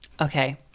Okay